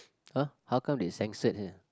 !huh! how come they censored here